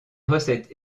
recettes